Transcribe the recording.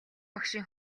багшийн